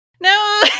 No